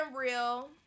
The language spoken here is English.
real